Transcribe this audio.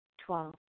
Twelve